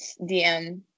DM